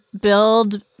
build